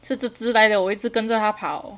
是这只来的我一直跟着它跑